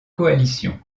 coalition